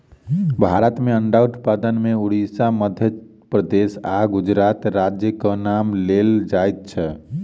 भारत मे अंडा उत्पादन मे उड़िसा, मध्य प्रदेश आ गुजरात राज्यक नाम लेल जाइत छै